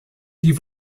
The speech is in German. die